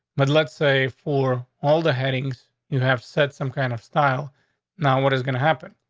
but let's say for all the headings you have set some kind of style now, what is gonna happen?